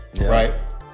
Right